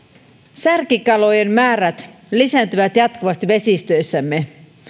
särkikalojen määrät lisääntyvät jatkuvasti vesistöissämme